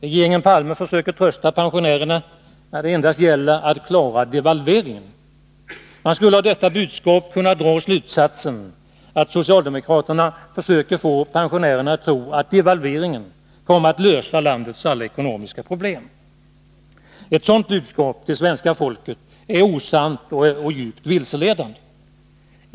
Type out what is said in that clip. Regeringen Palme försöker trösta pensionärerna med att det endast gäller att klara devalveringen. Man skulle av detta budskap kunna dra slutsatsen att socialdemokraterna försöker få pensionärerna att tro att devalveringen kommer att lösa landets alla ekonomiska problem. Ett sådant budskap till svenska folket är osant och djupt vilseledande.